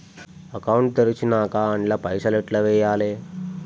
Account తెరిచినాక అండ్ల పైసల్ ఎట్ల వేయాలే?